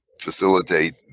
facilitate